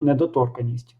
недоторканність